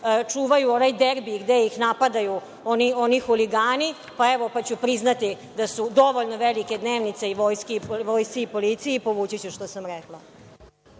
čuvaju ovaj derbi, gde ih napadaju oni huligani, pa ću priznati da su dovoljno velike dnevnice i vojsci i policiji i povući ću što sam rekla.